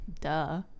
duh